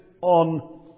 on